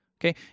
okay